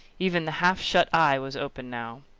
even the half-shut eye was open now.